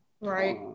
right